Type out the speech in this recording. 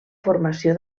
formació